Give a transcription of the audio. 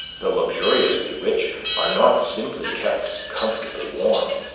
the luxuriously rich are not simply kept comfortably warm,